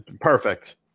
Perfect